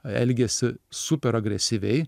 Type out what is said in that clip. elgiasi super agresyviai